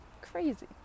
crazy